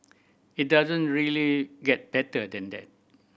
it doesn't really get better than that